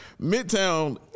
Midtown